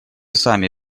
сами